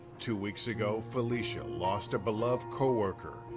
two weeks ago, felicia lost a beloved coworker.